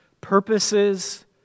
purposes